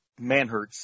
Manhurts